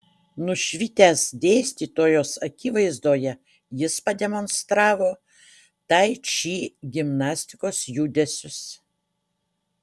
nušvitęs dėstytojos akivaizdoje jis pademonstravo tai či gimnastikos judesius